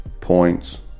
points